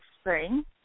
spring